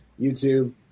YouTube